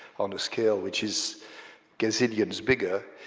on a scale which is gazillions bigger,